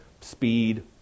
speed